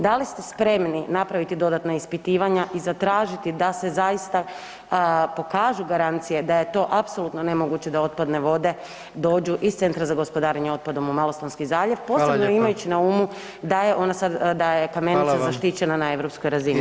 Da li ste spremni napraviti dodatna ispitivanja i zatražiti da se zaista pokažu garancije da je to apsolutno nemoguće da otpadne vode dođu iz Centra za gospodarenje otpadom u Malostonski zaljev [[Upadica predsjednik: Hvala lijepa.]] posebno imajući na umu da je kamenica zaštićena na europskoj razini.